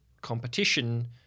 competition